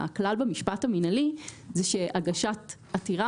הכלל במשפט המינהלי הוא שהגשת עתירה